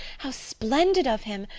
how splendid of him!